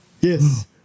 Yes